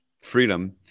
freedom